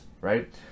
right